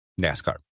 NASCAR